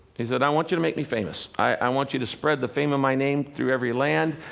he said, i want you to make me famous. i want you to spread the fame of my name through every land,